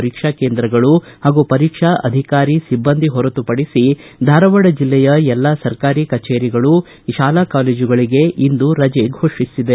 ಪರೀಕ್ಷಾ ಕೇಂದ್ರಗಳು ಹಾಗೂ ಪರೀಕ್ಷಾ ಅಧಿಕಾರಿಸಬ್ಲಂದಿ ಹೊರತುಪಡಿಸಿ ಧಾರವಾಡ ಜಿಲ್ಲೆಯ ಎಲ್ಲಾ ಸರ್ಕಾರಿ ಕಚೇರಿಗಳು ಮತ್ತು ಎಲ್ಲಾ ಶಾಲಾ ಕಾಲೇಜುಗಳಿಗೆ ಇಂದು ರಜೆ ಘೋಷಿಸಿದೆ